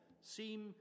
seem